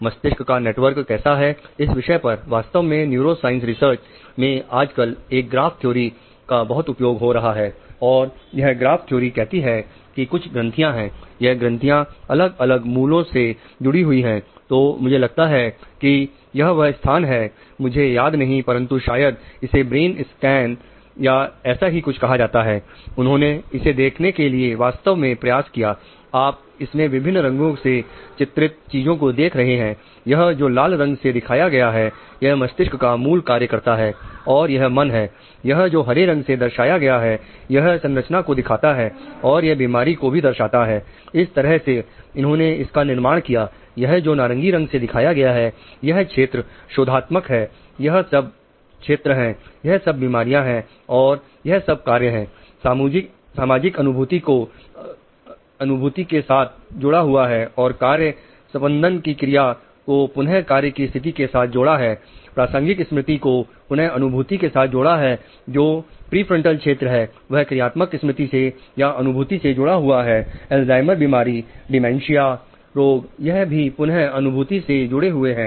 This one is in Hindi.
मस्तिष्क का नेटवर्क कैसा है इस विषय पर वास्तव में न्यूरोसाइंस रिसर्च रोग यह भी पुनः अनुभूति से जुड़े हुए हैं